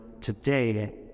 today